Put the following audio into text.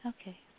Okay